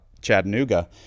Chattanooga